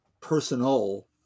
personal